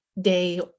day